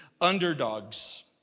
underdogs